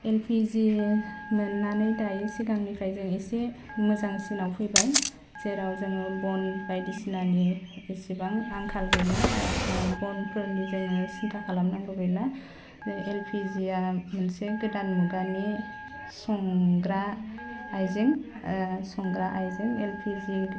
LPG मोननानै दायो सिगांनिफ्राय जों एसे मोजांसिनाव फैबाय जेराव जोङो बन बायदिसिनानि एसेबां आंखाल गैला ओह बनफोरनि जायहा सिन्था खालामनांगौ गैला बे एलपिजिया मोनसे गोदान मुगानि संग्रा आइजें ओह संग्रा आइजें एलपिजि